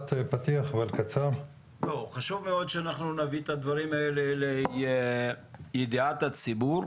חשוב מאוד שאנחנו נביא את הדברים האלה לידיעת הציבור,